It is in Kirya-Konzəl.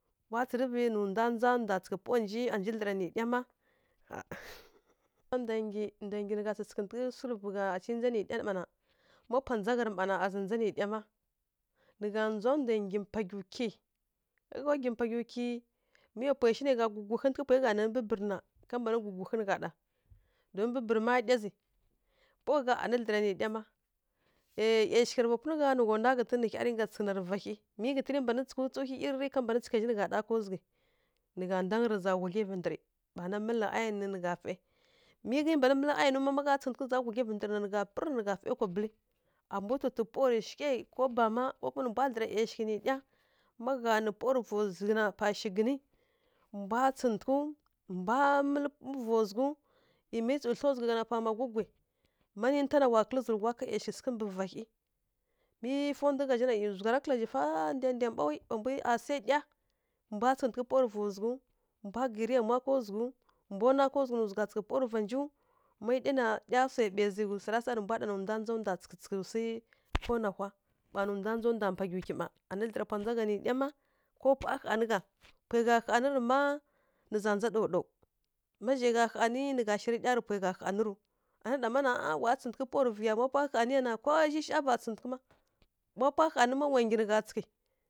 Wa tsǝrǝvǝ nǝ ndwa ndza ndwa tsǝghǝ pawa nji, a nji dǝra nǝ ɗya ma ma ndwa nggyi, ndwa nggyi nǝ gha tsǝtsǝghǝtǝghǝ swu vǝ gha anǝ ndza nǝ ɗya mma na ma pwa ndza gha rǝ na a zǝ ndza nǝ ɗya ma nǝ gha ndza ndwa nggyi mpa gyiw kyi. Má gha gwi mpa gyiw kyi mǝ wa shi pwi gha nanǝ guguhǝntǝghǝi bǝbǝrǝ na, ka mban guguhǝntǝghǝi nǝ gha ɗa. Don bǝbǝrǝ má ɗya zǝ pawa gha anǝ dlǝra nǝ ɗya ma ˈyashigha rǝ vapunǝ gha nǝ gha rǝnka nwa ghǝtǝn nǝ hya ringa tsǝghǝ narǝ va hyi mi ghǝtǝnǝ mban tsǝghǝw tsǝw hyi irǝrǝ ka mban tsǝghai zha ka zughǝi nǝ gha ndangǝ rǝ nǝ za gudlǝvǝ ndǝrǝ ɓa na mǝlǝ ayon rǝ nǝ gha fai. Mi ghǝi mban mǝlǝ ayonǝw ma nǝ gha pǝrǝ ndǝrǝ nǝ gha fai kwa bǝlǝ. A mbwi tutwi pawa rǝ shigha ko nǝ mbwa dlǝra ˈyashghǝ ɗya ma gha nǝ pawa rǝ va zughǝ na pa shigǝni, mbwa tsǝghǝtǝghǝw mbwa ˈyi mai tsǝw thla zughǝ ghana pa magugwi ma ninta na wa kǝlǝ zǝlǝghwa ka ˈyashughǝ sǝghǝ mbǝ va hyi. Mi faw ndu gha zha na zugha ra kǝlǝ zhi fa ndaindangǝ ɓaw asai ɗya. Mbwa tsǝtsǝghǝtǝghǝ pawa rǝ va zughǝ, mbwa gǝi rǝ yamwa ka zughǝw, mbwa nwa ká zughǝ nǝ zugha tsǝtsǝghǝtǝghǝ pawa rǝ va njiw. Ma ɗya na ɗya sawi ɓai zǝ ghǝzǝ swara sa rǝ mbwa ɗana nǝ ndwá ndza ndwa tsǝtsǝghǝtǝghǝ swi ko nahwa ɓa nǝ ndwa ndza ndwa mpa gyiw kyi ma ko pwa hanǝ gha pwai gha hanǝrǝ ma nǝ za ndza daw-daw. Má zhai gha hanǝ nǝ ghǝza ndza ɗya rǝ pwai gha hanǝrǝw. Anǝ ɗa ma na waya tsǝtsǝghǝtǝghǝ pawa rǝ vǝ ya ma ko pwa hanǝ ya ko zhi shava tsǝtsǝghǝtǝghǝ ma. Má pwa hanǝ ma wa nggyi nǝ gha tsǝtsǝghǝtǝghǝ.